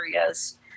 areas